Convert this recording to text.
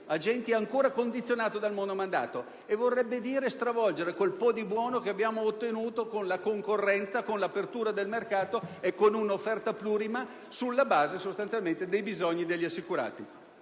sarebbe ancora condizionato dal monomandato, e ciò vorrebbe dire stravolgere ciò che di buono abbiamo ottenuto con la concorrenza, con l'apertura del mercato e con l'offerta plurima, sulla base sostanzialmente dei bisogni degli assicurati.